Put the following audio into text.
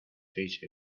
seis